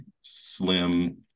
slim